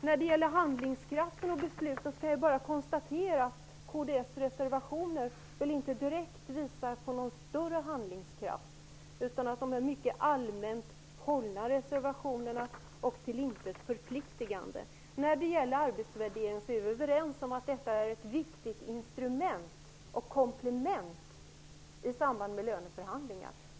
När det gäller handlingskraften och besluten kan jag bara konstatera att kds reservationer väl inte direkt visar på någon större handlingskraft. Tvärtom är de mycket allmänt hållna och till intet förpliktande. Vi är överens om att arbetsvärderingen är ett viktigt instrument och komplement i samband med löneförhandlingar.